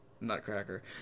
nutcracker